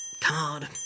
card